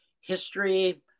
history